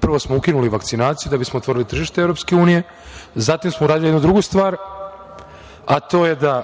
Prvo smo ukinuli vakcinaciju da bismo otvorili tržište EU, zatim smo uradili jednu drugu star, a to je da